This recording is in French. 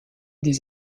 des